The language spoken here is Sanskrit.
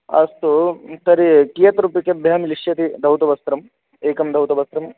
अस्तु तर्हि कियद्रूप्यक देयम् इष्यते धौतवस्त्रम् एकं धौतवस्त्रं